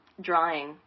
drawing